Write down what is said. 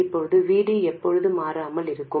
இப்போது VD எப்போது மாறாமல் இருக்கும்